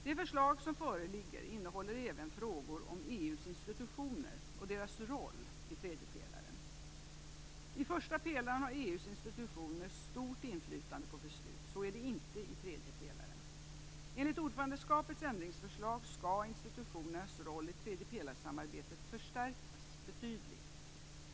Det förslag som föreligger innehåller även frågor om EU:s institutioner och deras roll i tredje pelaren. I första pelaren har EU:s institutioner stort inflytande på beslut. Så är det inte i tredje pelaren. Enligt ordförandeskapets ändringsförslag skall institutionernas roll i tredjepelarsamarbetet förstärkas betydligt.